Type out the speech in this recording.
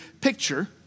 picture